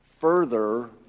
further